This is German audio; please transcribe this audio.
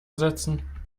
setzen